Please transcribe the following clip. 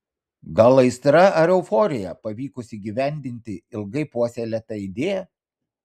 gal aistra ar euforija pavykus įgyvendinti ilgai puoselėtą idėją